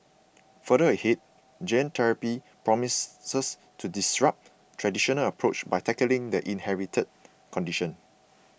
further ahead gene therapy promises to disrupt traditional approach to tackling the inherited condition